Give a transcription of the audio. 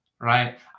Right